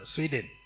Sweden